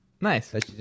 Nice